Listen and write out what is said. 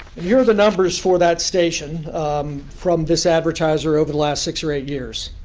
here are the numbers for that station from this advertiser over the last six or eight years.